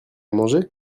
manger